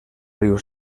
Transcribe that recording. riu